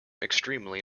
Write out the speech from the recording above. extremely